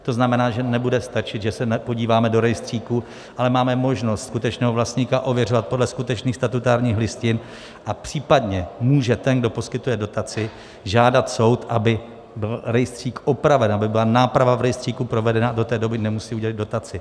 To znamená, že nebude stačit, že se podíváme do rejstříku, ale máme možnost skutečného vlastníka ověřovat podle skutečných statutárních listin a případně může ten, kdo poskytuje dotaci, žádat soud, aby byl rejstřík opraven, aby byla náprava v rejstříku provedena, a do té doby nemusí udělit dotaci.